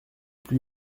plus